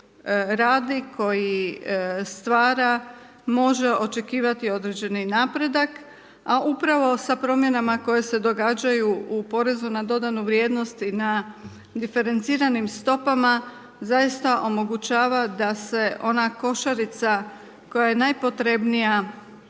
radi, koji stvara, može očekivati određeni napredak, a upravo sa promjenama, koje se događaju u porezu na dodanu vrijednost na diferenciranim stopama, zaista omogućava da se ona košarica, koja je najpotrebnija,